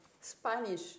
Spanish